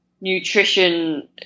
nutrition